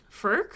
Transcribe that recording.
Ferk